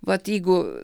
vat jeigu